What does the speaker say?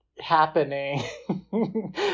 Happening